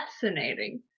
Fascinating